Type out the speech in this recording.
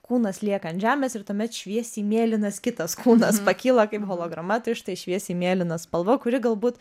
kūnas lieka ant žemės ir tuomet šviesiai mėlynas kitas kūnas pakyla kaip holograma tai štai šviesiai mėlyna spalva kuri galbūt